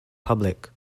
public